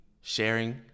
sharing